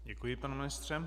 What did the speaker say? Děkuji, pane ministře.